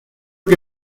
que